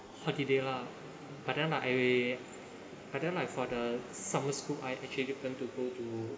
holiday lah but then like I but then like for the summer school I actually plan to go to